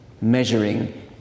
measuring